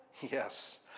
Yes